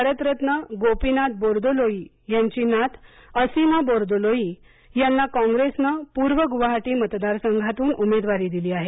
भारतरत्न गोपीनाथ बोरदोलोई यांची नात असीमा बोरदोलोई यांना कॉंग्रेसनं पूर्व गुवाहाटी मतदार संघातून उमेदवारी दिली आहे